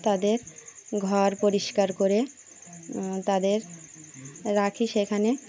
তাদের ঘর পরিষ্কার করে তাদের রাখি সেখানে